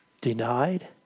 denied